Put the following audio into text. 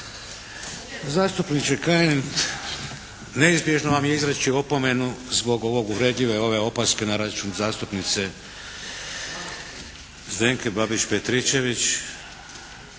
Zastupniče Kajin neizbježno vam je izreći opomenu zbog ovog uvredljive ove opaske na račun zastupnice Zdenke Babić Petričević.